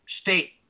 state